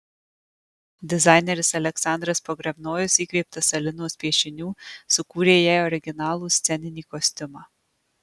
dizaineris aleksandras pogrebnojus įkvėptas alinos piešinių sukūrė jai originalų sceninį kostiumą